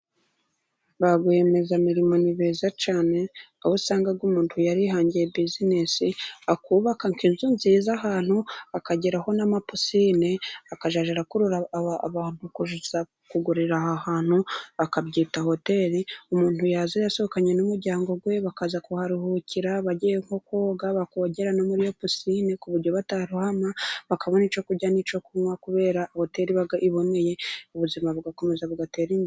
Ba rwiyemezamirimo ni beza cyane aho usanga umuntu yarihangiye buzinesi, akubaka nk'inzu nziza ahantu akageraho n'amapusine, akazajya arakurura abantu kuza kugurira aha hantu, bakabyita hoteri umuntu yaza yasohokanye n'umuryango we bakaza kuharuhukira, bagiye nko koga bakogera no muri pisine ku buryo batarohama, bakabona icyo kurya n'icyo kunwa kubera ko hoteli iba iboneye, ubuzima bugakomeza bugatera imbere.